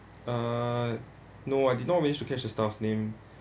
uh no I did not manage to catch the staff's name